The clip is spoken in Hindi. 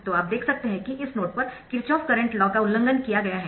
तो आप देख सकते है कि इस नोड पर किरचॉफ करंट लॉ का उल्लंघन किया गया है